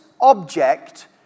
object